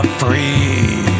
free